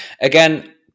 Again